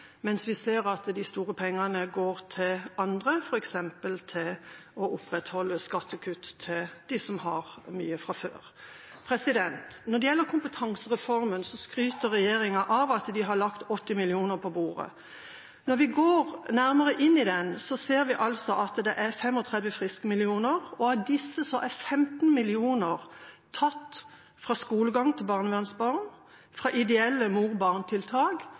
mens vi ser at de store pengene går til andre, f.eks. til å opprettholde skattekutt til dem som har mye fra før. Når det gjelder kompetansereformen, skryter regjeringa av at de har lagt 80 mill. kr på bordet. Når vi går nærmere inn i den, ser vi at det er 35 friske millioner, og av disse er 15 millioner tatt fra skolegang til barnevernsbarn, fra ideelle